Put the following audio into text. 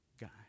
guy